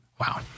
Wow